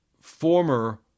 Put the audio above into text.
former